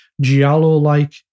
giallo-like